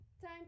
time